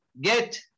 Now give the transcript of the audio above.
get